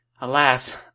Alas